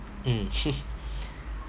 mm